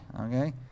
okay